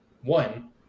one